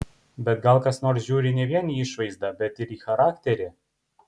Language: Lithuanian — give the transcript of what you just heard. bet gal kas nors žiūri ne vien į išvaizdą bet ir į charakterį